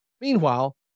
Meanwhile